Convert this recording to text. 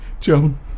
joan